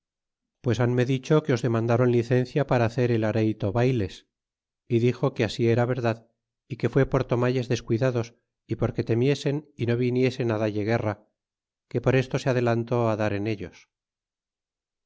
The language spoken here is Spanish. cortés le dixo pues hanme dicho que os demandron licencia para hacer el areito bayles é dixo que así era verdad é que fué por tomalles descuidados é porque temiesen y no viniesen dalle guerra que por esto se adelantó á dar en ellos